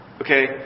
okay